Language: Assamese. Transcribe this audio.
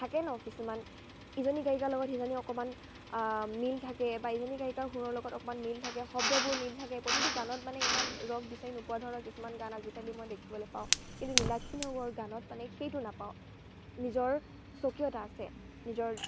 থাকে ন কিছুমান ইজনী গায়িকাৰ লগত সিজনী অকমান মিল থাকে বা ইজনী গায়িকাৰ সুৰৰ লগত অকণমান মিল থাকে শব্দবোৰ মিল থাকে প্ৰতিটো গানত মানে ইমান ৰস বিচাৰি নোপোৱা ধৰণৰ কিছুমান গান আজিকালি মই দেখিবলে পাওঁ কিন্তু নীলাক্ষী নেওগৰ গানত মানে সেইটো নাপাওঁ নিজৰ স্বকীয়তা আছে নিজৰ